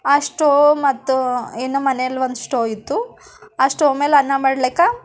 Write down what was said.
ಆ ಸ್ಟೋವ್ ಮತ್ತು ಇನ್ನು ಮನೆಲ್ಲೊಂದು ಸ್ಟೋವ್ ಇತ್ತು ಆ ಸ್ಟೋವ್ ಮೇಲೆ ಅನ್ನ ಮಾಡ್ಲಿಕ್ಕೆ